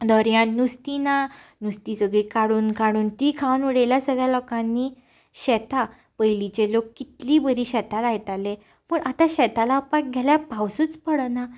दर्यांत नुस्तीं ना नुस्तीं सगळीं काडून काडून तीं खावून उडयल्यांत सगळ्या लोकांनी शेतां पयलींचे लोक कितलीं बरीं शेता लायताले पूण आतां शेतां लावपाक गेल्यार पावसूच पडना